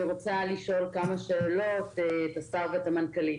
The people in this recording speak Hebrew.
שאלות לשר ולמנכ"לית: